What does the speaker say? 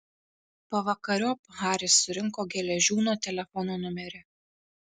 pavakariop haris surinko geležiūno telefono numerį